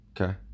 Okay